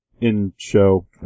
in-show